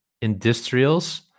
industrials